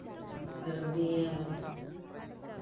ᱥᱟᱹᱨᱫᱤᱭᱟᱵᱚᱱ